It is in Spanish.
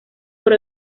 por